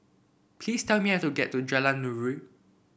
please tell me how to get to Jalan Nuri